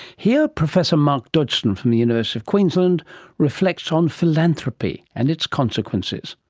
here professor mark dodgson from the university of queensland reflects on philanthropy and its consequences.